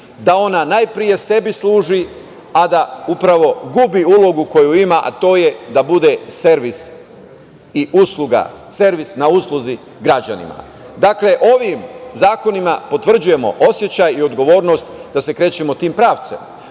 da ona najpre sebi služi, a da upravo gubi ulogu koju ima, a to je da bude servis na usluzi građanima. Ovim zakonima potvrđujemo osećaj i odgovornost da se krećemo tim pravcem.